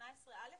סעיף 18א יבוא: